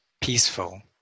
peaceful